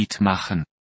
machen